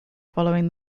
following